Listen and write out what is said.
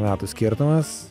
metų skirtumas